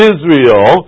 Israel